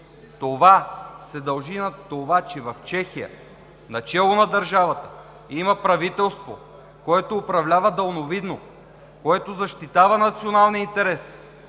Това се дължи на факта, че в Чехия начело на държавата има правителство, което управлява далновидно, което защитава националния интерес,